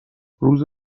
روز